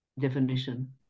definition